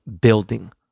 building